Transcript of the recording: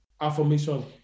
affirmation